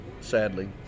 sadly